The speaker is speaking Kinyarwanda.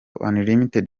unlimited